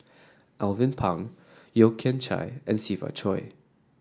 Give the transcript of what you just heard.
Alvin Pang Yeo Kian Chai and Siva Choy